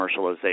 commercialization